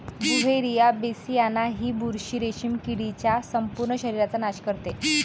Beauveria bassiana ही बुरशी रेशीम किडीच्या संपूर्ण शरीराचा नाश करते